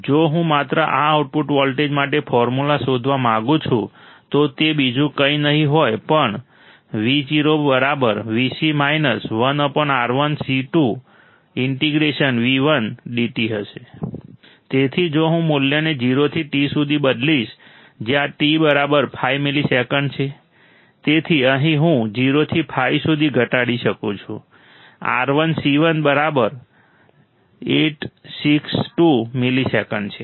જો હું માત્ર આ આઉટપુટ વોલ્ટેજ માટે ફોર્મ્યુલા શોધવા માંગુ છું તો તે બીજું કંઈ નહીં હોય પણ v0vc 1R1 C2v1 dt તેથી જો હું મૂલ્યને 0 થી t સુધી બદલીશ જ્યાં t બરાબર 5 મિલિસેકન્ડ છે